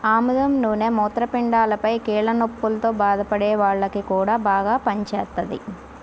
ఆముదం నూనె మూత్రపిండాలపైన, కీళ్ల నొప్పుల్తో బాధపడే వాల్లకి గూడా బాగా పనిజేత్తది